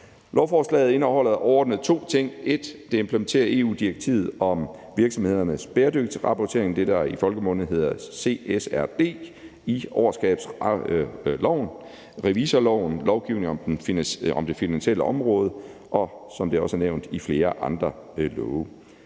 Lovforslaget indeholder overordnet to ting. For det første implementerer det EU-direktivet om virksomhedernes bæredygtighedsrapportering, det, der i folkemunde hedder CSRD-direktivet, i årsregnskabsloven, revisorloven, lovgivningen om det finansielle område og, som det også er nævnt, i flere andre love.